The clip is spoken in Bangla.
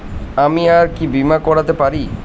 আমি আর কি বীমা করাতে পারি?